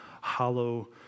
hollow